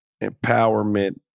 empowerment